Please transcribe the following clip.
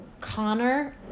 Connor